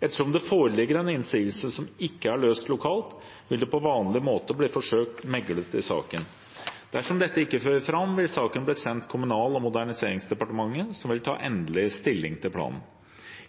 Ettersom det foreligger en innsigelse som ikke er løst lokalt, vil det på vanlig måte bli forsøkt meglet i saken. Dersom dette ikke fører fram, vil saken bli sendt Kommunal- og moderniseringsdepartementet, som vil ta endelig stilling til planen.